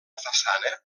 façana